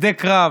כשדה קרב?